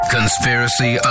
Conspiracy